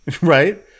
right